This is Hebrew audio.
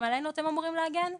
גם עלינו אתם אמורים להגן.